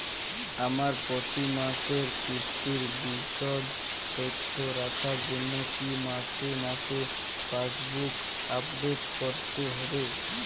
আমার প্রতি মাসের কিস্তির বিশদ তথ্য রাখার জন্য কি মাসে মাসে পাসবুক আপডেট করতে হবে?